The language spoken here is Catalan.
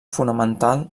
fonamental